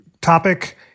topic